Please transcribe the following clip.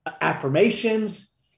affirmations